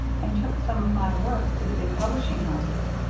and took some of my work to the big publishing houses.